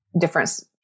difference